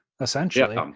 essentially